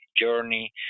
journey